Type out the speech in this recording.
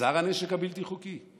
עצר הנשק הבלתי-חוקי?